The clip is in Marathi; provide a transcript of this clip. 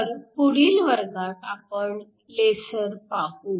तर पुढील वर्गात आपण लेसर पाहू